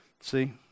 see